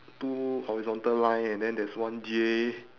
two horizontal line and then there is one J